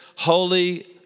Holy